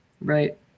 Right